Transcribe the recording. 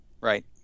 Right